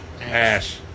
Ash